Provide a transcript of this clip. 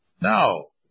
no